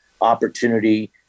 opportunity